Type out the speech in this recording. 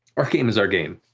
our game is our game,